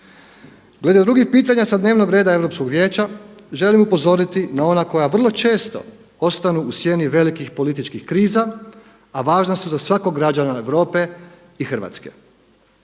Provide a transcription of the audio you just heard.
Glede drugih pitanja sa dnevnog reda Europskog vijeća, želim upozoriti na ona koja vrlo često ostanu u sjedni velikih političkih kriza, a važna su za svakog građana Europe i Hrvatske.